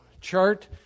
chart